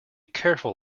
careful